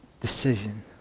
decision